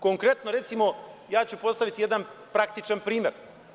Konkretno, recimo, ja ću postaviti jedan praktičan primer.